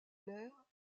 l’air